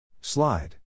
Slide